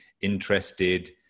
interested